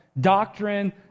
Doctrine